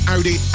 Audi